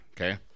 okay